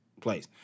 place